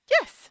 Yes